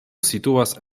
situas